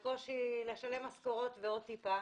בקושי לשלם משכורות ועוד טיפה.